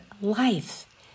life